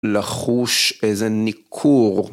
לחוש איזה ניכור.